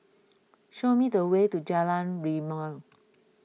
show me the way to Jalan Rimau